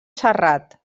serrat